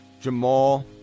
Jamal